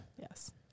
yes